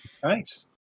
Thanks